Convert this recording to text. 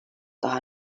daha